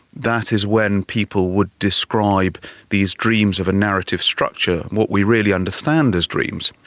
that is when people would describe these dreams of a narrative structure, what we really understand as dreams.